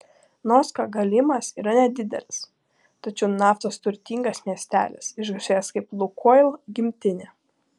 nors kogalymas yra nedidelis tačiau naftos turtingas miestelis išgarsėjęs kaip lukoil gimtinė